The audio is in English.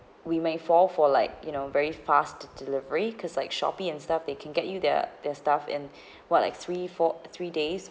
we may fall for like you know very fast delivery cause like Shopee and stuff they can get you their their stuff in what like three four three days